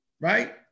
right